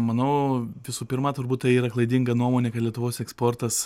manau visų pirma turbūt tai yra klaidinga nuomonė kad lietuvos eksportas